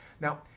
now